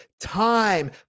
time